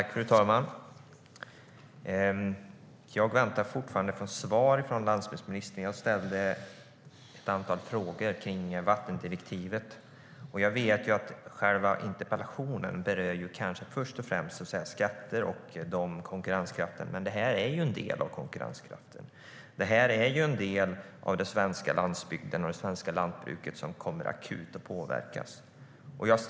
Fru talman! Jag väntar fortfarande på ett svar från landsbygdsministern. Jag ställde ett antal frågor om vattendirektivet. Själva interpellationen berör ju först och främst skatter och konkurrenskraft, men det här är en del av konkurrenskraften, en del av den svenska landsbygden och det svenska lantbruket som akut kommer att påverkas.